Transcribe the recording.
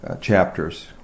chapters